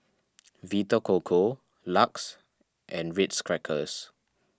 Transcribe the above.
Vita Coco Lux and Ritz Crackers